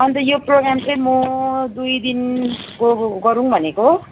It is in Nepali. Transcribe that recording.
अन्त यो प्रोगाम चाहिँ म दुई दिनको गरौँ भनेको